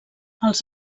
els